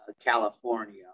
California